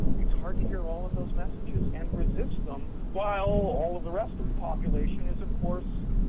it's hard to hear all of those messages and resist them while all of the rest of the population is, of course,